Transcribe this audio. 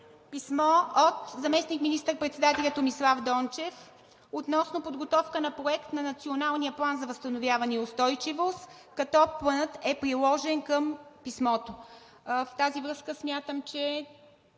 писмо от заместник министър-председателя Томислав Дончев относно подготовка на Проект на Националния план за възстановяване и устойчивост, като планът е приложен към писмото. В тази връзка смятам, че